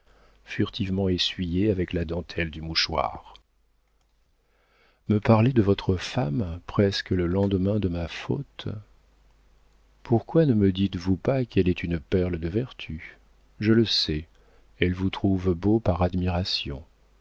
furtivement essuyées avec la dentelle du mouchoir me parler de votre femme presque le lendemain de ma faute pourquoi ne me dites-vous pas qu'elle est une perle de vertu je le sais elle vous trouve beau par admiration